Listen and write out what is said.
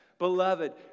Beloved